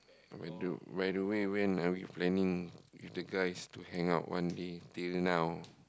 by the by the way when are we planning with the guys to hang out one day till now